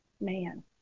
man